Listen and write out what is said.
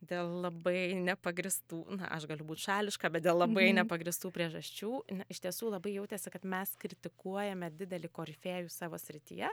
dėl labai nepagrįstų na aš galiu būt šališka bet dėl labai nepagrįstų priežasčių na iš tiesų labai jautėsi kad mes kritikuojame didelį korifėjų savo srityje